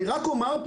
אני רק אומר,